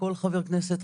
כל חבר כנסת,